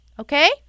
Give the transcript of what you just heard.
Okay